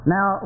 Now